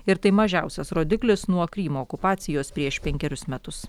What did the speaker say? ir tai mažiausias rodiklis nuo krymo okupacijos prieš penkerius metus